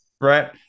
Right